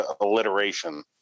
alliteration